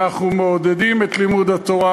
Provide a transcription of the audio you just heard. אנחנו מעודדים את לימוד התורה,